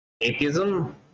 Atheism